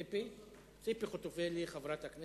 חברת הכנסת ציפי חוטובלי, בבקשה.